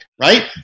right